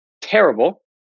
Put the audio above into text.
terrible